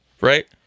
right